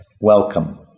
welcome